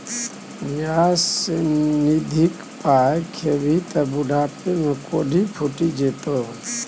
न्यास निधिक पाय खेभी त बुढ़ापामे कोढ़ि फुटि जेतौ